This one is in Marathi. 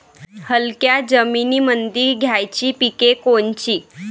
हलक्या जमीनीमंदी घ्यायची पिके कोनची?